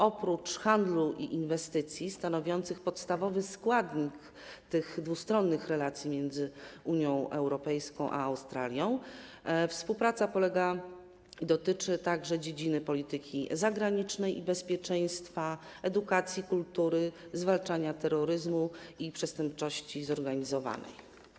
Oprócz handlu i inwestycji, stanowiących podstawowy składnik tych dwustronnych relacji między Unią Europejską a Australią, współpraca dotyczy także dziedziny polityki zagranicznej, bezpieczeństwa, edukacji, kultury, zwalczania terroryzmu i przestępczości zorganizowanej.